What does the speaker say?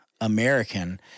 American